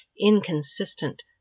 inconsistent